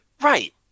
Right